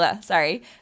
Sorry